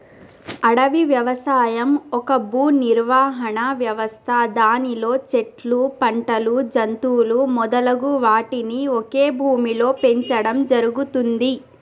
అడవి వ్యవసాయం ఒక భూనిర్వహణ వ్యవస్థ దానిలో చెట్లు, పంటలు, జంతువులు మొదలగు వాటిని ఒకే భూమిలో పెంచడం జరుగుతుంది